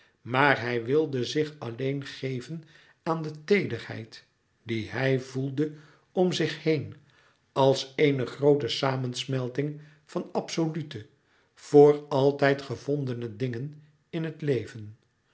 maar hij wilde zich alleen geven aan de teederheid die hij voelde om zich heen als louis couperus metamorfoze ééne groote samensmelting van absolute voor altijd gevondene dingen in het leven